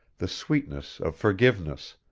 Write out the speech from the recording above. the sweetness of forgiveness,